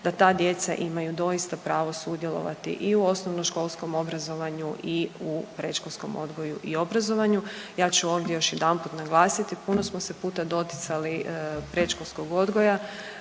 da ta djeca imaju doista pravo sudjelovati i u osnovnoškolskom obrazovanju i u predškolskom odgoju i obrazovanju. Ja ću ovdje još jedanput naglasiti, puno smo se puta doticali predškolskog odgoja,